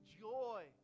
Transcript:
joy